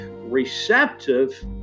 receptive